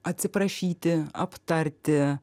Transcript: atsiprašyti aptarti